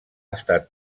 estat